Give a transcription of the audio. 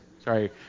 Sorry